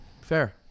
Fair